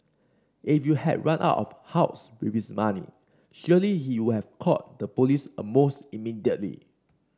if you had run out of house with his money surely he will have called the police almost immediately